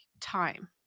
time